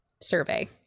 survey